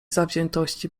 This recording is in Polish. zawziętości